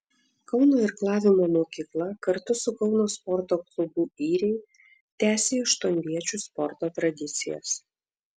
kauno irklavimo mokykla kartu su kauno sporto klubu yriai tęsė aštuonviečių sporto tradicijas